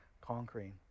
conquering